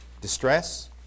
distress